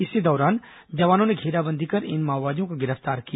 इसी दौरान जवानों ने धेराबंदी कर इन माओवादियों को गिरफ्तार किया